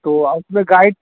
تو اس میں گائڈ